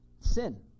Sin